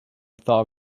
thaw